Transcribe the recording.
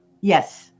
Yes